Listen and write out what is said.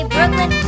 Brooklyn